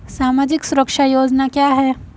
सामाजिक सुरक्षा योजना क्या है?